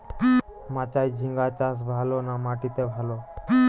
মাচায় ঝিঙ্গা চাষ ভালো না মাটিতে ভালো?